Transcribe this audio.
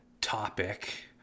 topic